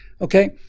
okay